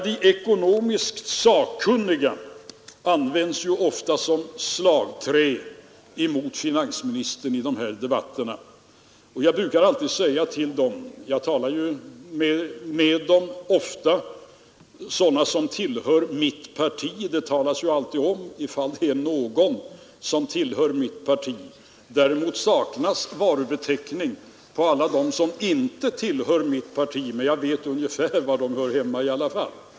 De ekonomiskt sakkunniga används ju ofta som slagträ emot finansministern i de här debatterna. Jag talar ofta med sådana som tillhör mitt parti och alla andra — det anges alltid i debatten om det är någon som tillhör mitt parti; däremot saknas partibeteckningar på alla dem som inte tillhör mitt parti, men jag vet i alla fall ungefär var de hör hemma.